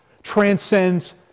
transcends